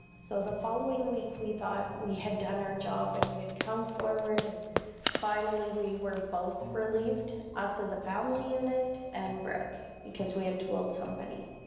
so, the following week we thought we had done our job and we had come forward, and finally, we were both relieved. us as a family unit and brooke, because we had told somebody.